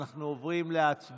אנחנו עוברים להצבעה,